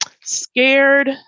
Scared